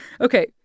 Okay